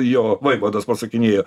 jo vaivados pasakinėjo